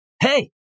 Hey